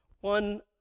one